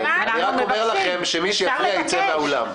ניסנקורן, אני רק אומר לכם שמי שיפריע יצא מהאולם.